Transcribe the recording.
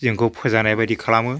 जोंखौ फोजानाय बायदि खालामो